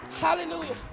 hallelujah